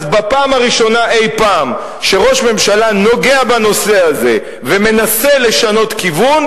אז בפעם הראשונה אי-פעם שראש ממשלה נוגע בנושא הזה ומנסה לשנות כיוון,